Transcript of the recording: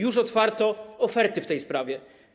Już otwarto oferty w tej sprawie.